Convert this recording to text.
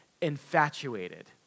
infatuated